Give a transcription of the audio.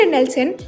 Nelson